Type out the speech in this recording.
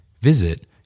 Visit